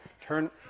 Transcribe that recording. turn